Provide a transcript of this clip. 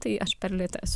tai aš per lėta esu